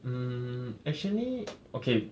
mm actually okay